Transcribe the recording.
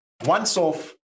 once-off